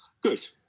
good